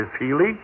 Healy